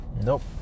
nope